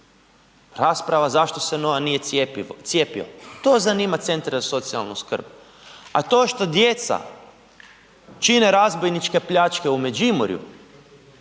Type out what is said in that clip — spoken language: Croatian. Rasprava zašto se Noa nije cijepio. To zanima centre za socijalnu skrb, a to što djeca čine razbojničke pljačke u Međimurju